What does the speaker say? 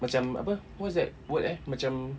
macam apa what's that word eh macam